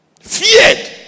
Feared